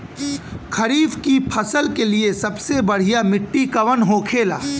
खरीफ की फसल के लिए सबसे बढ़ियां मिट्टी कवन होखेला?